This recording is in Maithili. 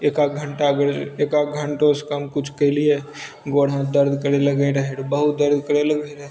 एकाध घण्टा बैसि एकाध घण्टोसँ काम किछु कयलियै हन बहुत दर्द करय लगय रहय तऽ बहुत दर्द करय लगय रहय